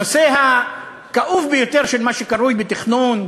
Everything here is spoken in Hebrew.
הנושא הכאוב ביותר של מה שקרוי תכנון,